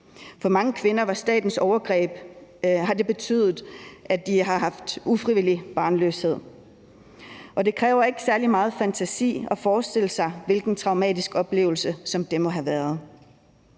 For mange kvinder har statens overgreb betydet ufrivillig barnløshed. Og det kræver ikke særlig meget fantasi at forestille sig, hvilken traumatisk oplevelse det må have været.